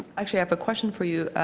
actually i have question for you.